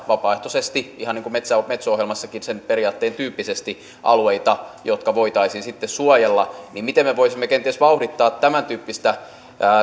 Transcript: vapaaehtoisesti ihan niin kuin metso ohjelman periaatteen tyyppisesti alueita jotka voitaisiin sitten suojella niin miten me voisimme kenties vauhdittaa tämäntyyppistä